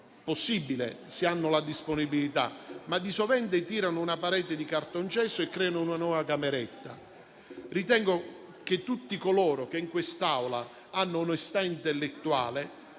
possibile se ha la disponibilità, ma di sovente fa costruire una parete di cartongesso e crea una nuova cameretta. Ritengo che tutti coloro che in quest'Aula hanno onestà intellettuale